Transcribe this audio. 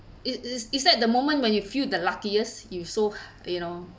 is is is that the moment when you feel the luckiest you so you know